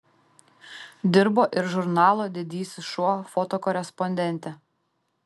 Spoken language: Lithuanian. dirbo ir žurnalo didysis šuo fotokorespondente